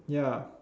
ya